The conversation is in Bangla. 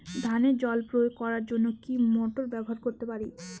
ধানে জল প্রয়োগ করার জন্য কি মোটর ব্যবহার করতে পারি?